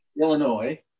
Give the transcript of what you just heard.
Illinois